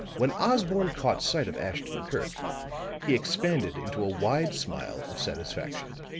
when osborne caught sight of ashton-kirk he expanded into a wide smile of satisfaction.